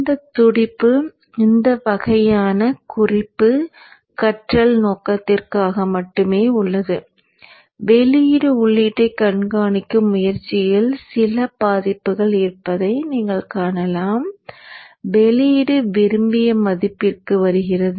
இந்த துடிப்பு இந்த வகையான குறிப்பு கற்றல் நோக்கத்திற்காக மட்டுமே உள்ளது வெளியீடு உள்ளீட்டைக் கண்காணிக்கும் முயற்சியில் சில பாதிப்புகள் இருப்பதை நீங்கள் காணலாம் வெளியீடு விரும்பிய மதிப்பிற்கு வருகிறது